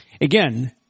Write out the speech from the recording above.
Again